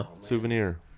souvenir